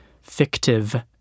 fictive